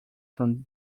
from